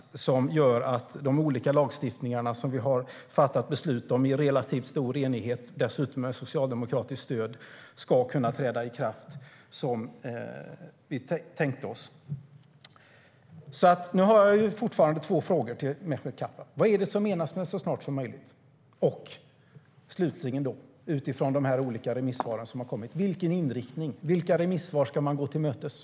Därmed skulle de olika lagstiftningar som vi har fattat beslut om i relativt stor enighet, dessutom med socialdemokratiskt stöd, kunna träda i kraft som vi tänkte oss.